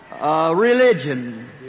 religion